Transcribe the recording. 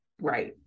Right